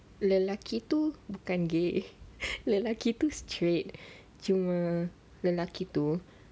lelaki itu bukan gay lelaki tu straight cuma lelaki tu